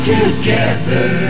Together